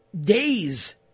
days